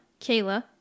kayla